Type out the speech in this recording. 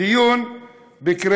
דיון כדי להכין את החוק